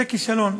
זה כישלון.